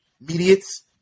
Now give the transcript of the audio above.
mediates